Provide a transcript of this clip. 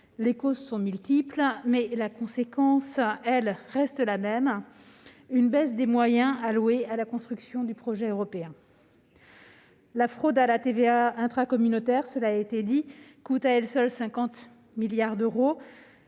les causes sont multiples, mais la conséquence, elle, reste la même : une baisse des moyens alloués à la construction du projet européen. La fraude à la TVA intracommunautaire, cela a été dit, coûte à elle seule 50 milliards d'euros